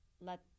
let